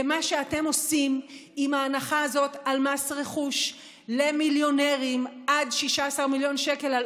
ומה שאתם עושים עם ההנחה הזאת על מס רכוש למיליונרים עד 16 מיליון שקל על